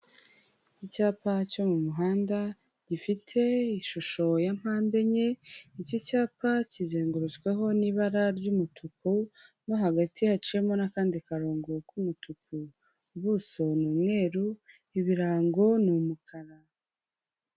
Icyapa cyo mu muhanda gifite ishusho ya mpande enye, iki cyapa kizengurutsweho n'ibara ry'umutuku, mo hagati haciyemo n'akandi karongo k'umutuku. Ubuso ni umweru, ibirango ni umukara.